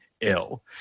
ill